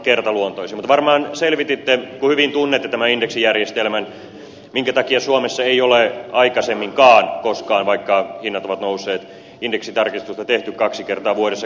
mutta varmaan selvititte kun hyvin tunnette tämän indeksijärjestelmän minkä takia suomessa ei ole aikaisemminkaan koskaan vaikka hinnat ovat nousseet indeksitarkistusta tehty kaksi kertaa vuodessa